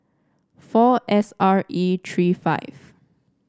four S R E three five